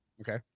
Okay